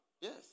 Yes